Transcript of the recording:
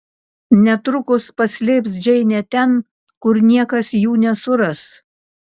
netrukus paslėps džeinę ten kur niekas jų nesuras